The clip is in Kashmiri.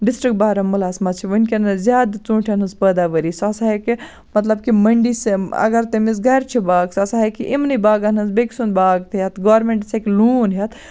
ڈِسٹرک بارامُلاہَس مَنٛز چھِ وُنکیٚنَس زیادٕ ژونٛٹھیٚن ہٕنٛز پٲداوٲری سُہ ہَسا ہیٚکہِ مَطلَب کہِ مَنٛڈی اَگَر تٔمِس گَرِ چھُ باغ سُہ ہَسا ہیٚکہِ یِمنٕے باغَن ہٕنٛز بیٚیہِ سُنٛد باغ تہِ ہیٚتھ گورمِنٹَس ہیٚکہِ لون ہیٚتھ